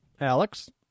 Alex